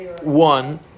one